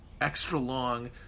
extra-long